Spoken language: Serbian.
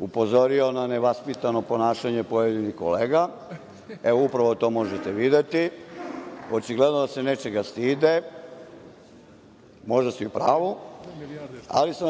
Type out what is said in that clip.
upozorio na nevaspitano ponašanje pojedinih kolega. Evo, upravo to možete videti. Očigledno da se nečega stide, možda si u pravu. Takođe sam